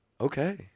Okay